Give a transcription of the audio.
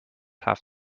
have